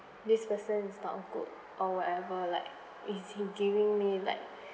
this person is not good or whatever like is he giving me like